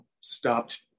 stopped